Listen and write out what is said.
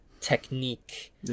technique